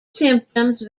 symptoms